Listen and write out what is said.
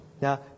Now